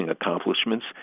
accomplishments